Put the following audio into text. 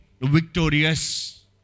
victorious